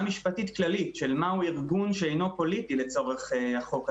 משפטית כללית מהו ארגון שאינו פוליטי לצורך החוק הזה,